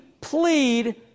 plead